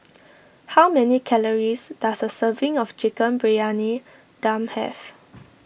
how many calories does a serving of Chicken Briyani Dum have